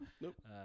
Nope